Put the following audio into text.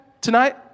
tonight